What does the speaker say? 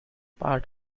part